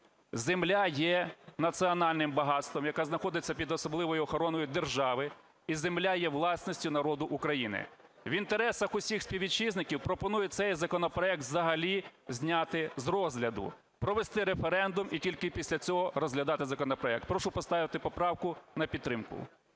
Земля є національним багатством, яка знаходиться під особливою охороною держави, і земля є власністю народу України. В інтересах усіх співвітчизників пропоную цей законопроект взагалі зняти з розгляду, провести референдум, і тільки після цього розглядати законопроект. Прошу поставити поправку на підтримку.